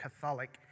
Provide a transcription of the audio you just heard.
Catholic